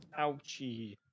Ouchie